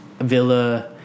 Villa